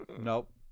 Nope